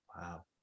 wow